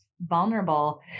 vulnerable